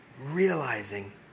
realizing